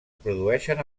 produeixen